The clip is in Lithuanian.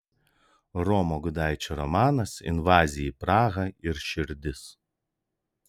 romo gudaičio romanas invazija į prahą ir širdis